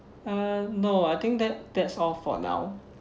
uh no I think that that's all for now